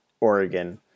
Oregon